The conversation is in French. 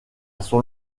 son